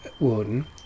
warden